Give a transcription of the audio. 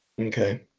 Okay